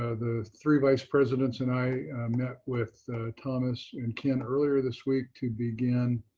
ah the three vice presidents and i met with thomas and ken earlier this week to begin